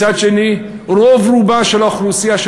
רוב-רובה של האוכלוסייה,